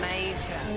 Major